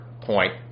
point